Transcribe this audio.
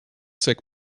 sick